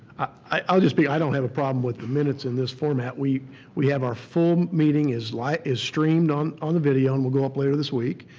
i'll just be, i don't have a problem with the minutes in this format. we have our full meeting is like is streamed on on the video and will go up later this week,